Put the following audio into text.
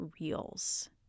Reels